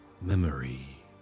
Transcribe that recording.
memory